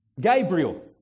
Gabriel